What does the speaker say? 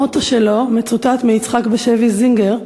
המוטו שלו מצוטט מיצחק בשביס זינגר: